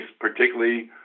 particularly